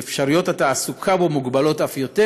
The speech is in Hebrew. שאפשרויות התעסוקה בו מוגבלות אף יותר.